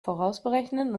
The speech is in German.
vorausberechnen